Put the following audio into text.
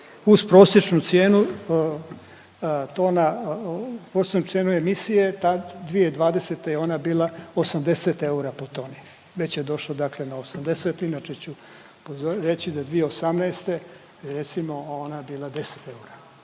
uz prosječnu cijenu tona, prosječnu cijenu emisije tad 2020. je ona bila 80 eura po toni, već je došlo dakle na 80 inače će reći da je 2018. recimo ona bila 10 eura.